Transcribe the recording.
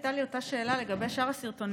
הייתה לי אותה שאלה לגבי שאר הסרטונים,